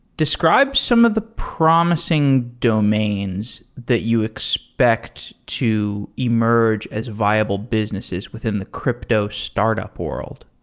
describe some of the promising domains that you expect to emerge as viable businesses within the crypto startup world